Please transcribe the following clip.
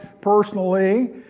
personally